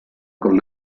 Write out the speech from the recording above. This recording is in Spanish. con